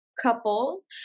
Couples